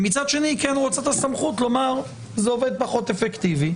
ומצד שני היא כן רוצה את הסמכות לומר שזה עובד פחות אפקטיבי,